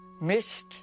missed